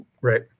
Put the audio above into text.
Right